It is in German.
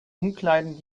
umkleiden